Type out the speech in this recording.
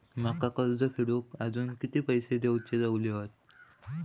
माका कर्ज फेडूक आजुन किती पैशे देऊचे उरले हत?